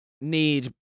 need